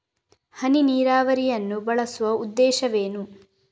ಹನಿ ನೀರಾವರಿಯನ್ನು ಬಳಸುವ ಉದ್ದೇಶವೇನು?